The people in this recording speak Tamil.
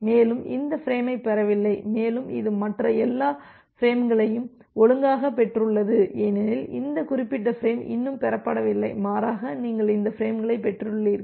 மேலும் இந்த ஃபிரேமைப் பெறவில்லை மேலும் இது மற்ற எல்லா பிரேம்களையும் ஒழுங்காகப் பெற்றுள்ளது ஏனெனில் இந்த குறிப்பிட்ட ஃபிரேம் இன்னும் பெறப்படவில்லை மாறாக நீங்கள் இந்த பிரேம்களைப் பெற்றுள்ளீர்கள்